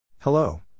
Hello